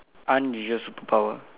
unusual superpower